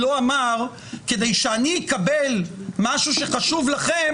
לא אמר כדי שאני אקבל משהו שחשוב לכם,